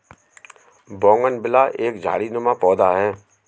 bougainvillea एक झाड़ीनुमा पौधा है